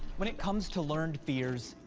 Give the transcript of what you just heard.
when it comes to learned fears,